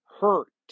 hurt